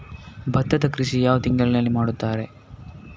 ಭತ್ತದ ಕೃಷಿ ಯಾವ ಯಾವ ತಿಂಗಳಿನಲ್ಲಿ ಮಾಡುತ್ತಾರೆ?